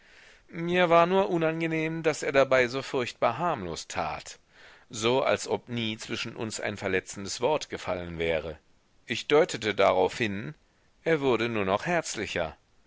mir war nur unangenehm daß er dabei so furchtbar harmlos tat so als ob nie zwischen uns ein verletzendes wort gefallen wäre ich deutete darauf hin er wurde nur noch herzlicher